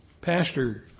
Pastor